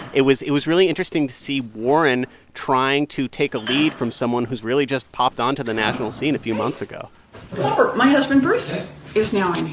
it was it was really interesting to see warren trying to take a lead from someone who's really just popped onto the national scene a few months ago my husband bruce is now